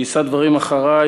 שיישא דברים אחרי,